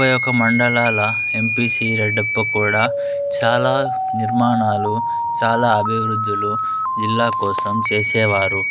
ముప్పై ఒక్క మండలాల ఎంపీసీ రెడ్డప్ప కూడా చాలా నిర్మాణాలు చాలా అభివృద్దులు జిల్లా కోసం చేసేవారు